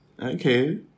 Okay